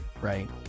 right